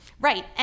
Right